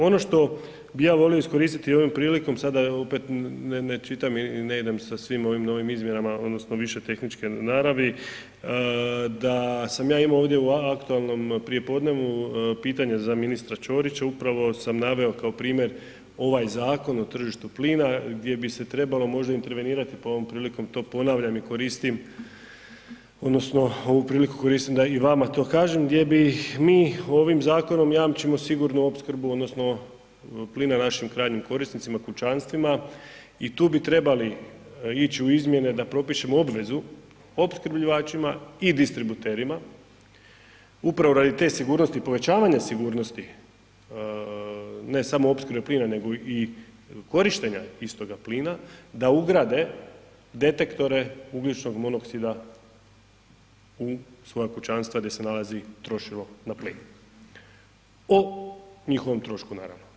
Ono što bi ja volio iskoristiti ovom prilikom sada da opet ne čitam i ne idem sa svim ovim novim izmjenama odnosno više tehničke naravi, da sam ja imao ovdje u aktualnom prijepodnevu pitanje za ministra Čorića, upravo sam naveo kao primjer ovaj Zakon o tržištu plina gdje bi se trebalo možda intervenirati pa ovom prilikom to ponavljam i koristim odnosno ovu priliku koristim da i vama to kažem gdje bi ovim zakonom jamčimo sigurno opskrbu odnosno plina našim krajnjim korisnicima, kućanstvima i tu bi trebali ići u izmjene da propišemo obvezu opskrbljivačima i distributerima upravo radi te sigurnosti povećanja sigurnosti, ne samo opskrbe plina nego i korištenja istoga plina da ugrade detektore ugljičnog monoksida u svoja kućanstva gdje se nalazi trošilo na plin o njihovom trošku naravno.